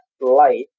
light